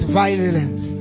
violence